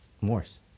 Morse